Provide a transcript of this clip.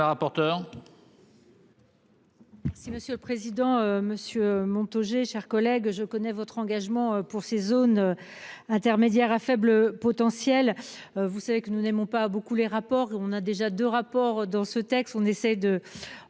Si Monsieur le président, Monsieur Montaugé. Chers collègues, je connais votre engagement pour ces zones. Intermédiaires à faible potentiel. Vous savez que nous n'aimons pas beaucoup les rapports on a déjà de rapports dans ce texte, on essaye de